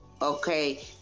Okay